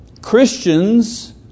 Christians